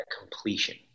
completion